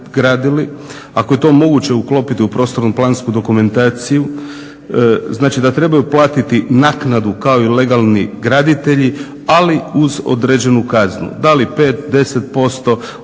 ako je to moguće uklopiti u prostorno-plansku dokumentaciju, znači da trebaju platiti naknadu kao i legalni graditelji ali uz određenu kaznu. Da li 5, 10% o tome